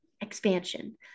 expansion